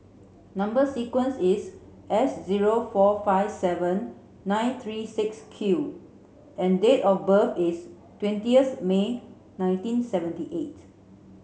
number sequence is S zero four five seven nine three six Q and date of birth is twentieth May nineteen seventy eight